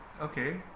okay